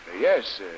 Yes